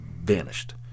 vanished